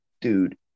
Dude